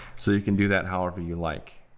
so you can do that however you like.